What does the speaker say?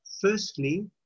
firstly